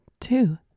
two